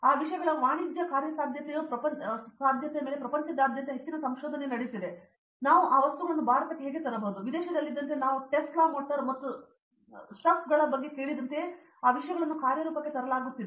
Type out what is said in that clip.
ಆ ವಿಷಯಗಳ ವಾಣಿಜ್ಯ ಕಾರ್ಯಸಾಧ್ಯತೆಯು ಪ್ರಪಂಚದಾದ್ಯಂತ ಹೆಚ್ಚಿನ ಸಂಶೋಧನೆ ನಡೆಯುತ್ತಿದೆ ಮತ್ತು ನಾವು ಆ ವಸ್ತುಗಳನ್ನು ಭಾರತಕ್ಕೆ ಹೇಗೆ ತರಬಹುದು ವಿದೇಶದಲ್ಲಿದ್ದಂತೆ ನಾವು ಟೆಸ್ಲಾ ಮೋಟರ್ ಮತ್ತು ಸ್ಟಫ್ಗಳ ಬಗ್ಗೆ ಕೇಳಿದಂತೆಯೇ ಆ ವಿಷಯಗಳನ್ನು ಕಾರ್ಯರೂಪಕ್ಕೆ ತರಲಾಗುತ್ತಿದೆ